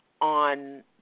on